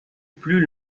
plus